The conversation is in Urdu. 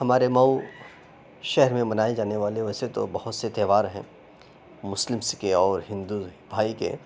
ہمارے مٮٔو شہر میں منائے جانے والے ویسے تو بہت سے تہوار ہیں مسلمس کے اور ہندو بھائی کے